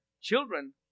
Children